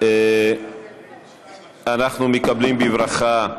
אנחנו מקבלים בברכה,